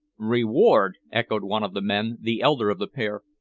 reward! echoed one of the men, the elder of the pair.